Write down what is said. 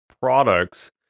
products